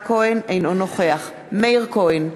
אינו נוכח מאיר כהן,